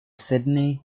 sidney